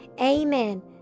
Amen